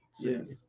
Yes